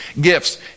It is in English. Gifts